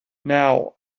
now